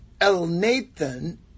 Elnathan